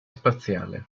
spaziale